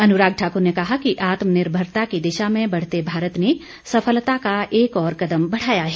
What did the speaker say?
अनुराग ठाकर ने कहा कि आत्म निर्भरता की दिशा में बढ़ते भारत ने सफलता का एक और कदम बढ़ाया है